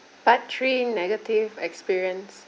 part three negative experience